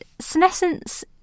senescence